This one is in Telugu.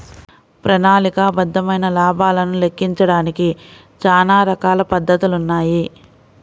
ప్రణాళికాబద్ధమైన లాభాలను లెక్కించడానికి చానా రకాల పద్ధతులున్నాయి